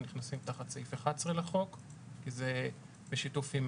הם נכנסים תחת סעיף 11 לחוק כי זה בשיתוף עם